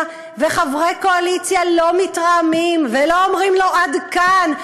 וחברי קואליציה לא מתרעמים ולא אומרים לו: עד כאן,